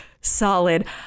Solid